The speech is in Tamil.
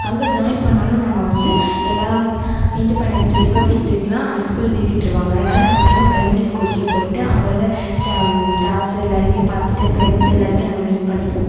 அங்கே ஜாயின் பண்ணிணாலும் நாங்கள் வந்து எல்லாம் இண்டிப்பெண்டன்ஸ் டே ரிபப்ளிக் டேக்கெல்லாம் அந்த ஸ்கூல் லீவ் விட்டுருவாங்க அதனால நாங்கள் திரும்ப ப்ரைமரி ஸ்கூலுக்கே போய்விட்டு அங்கே உள்ள ஸ்ட ஸ்டாஃப்ஸு எல்லாேரையுமே பார்த்துட்டு ஃப்ரெண்ட்ஸ் எல்லாேருமே நாங்கள் மீட் பண்ணிப்போம்